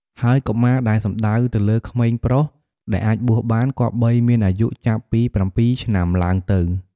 ហើយកុមារ ដែលសំដៅទៅក្មេងប្រុស ដែលអាចបួសបាន គប្បីមានអាយុចាប់ពី ៧ ឆ្នាំឡើងទៅ។